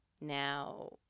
Now